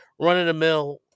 run-of-the-mill